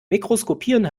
mikroskopieren